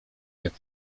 jak